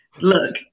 look